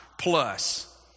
plus